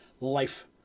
life